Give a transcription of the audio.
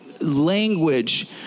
Language